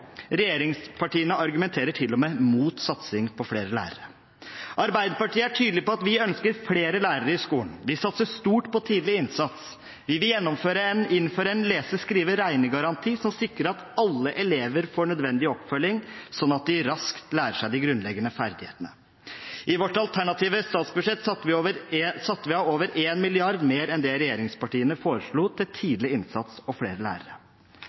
Regjeringspartiene argumenterer til og med mot satsing på flere lærere. Arbeiderpartiet er tydelig på at vi ønsker flere lærere i skolen. Vi satser stort på tidlig innsats. Vi vil innføre en lese-, skrive- og regnegaranti som sikrer at alle elever får nødvendig oppfølging, sånn at de raskt lærer seg de grunnleggende ferdighetene. I vårt alternative statsbudsjett satte vi av over 1 mrd. kr mer enn det regjeringspartiene foreslo, til tidlig innsats og flere lærere.